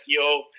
SEO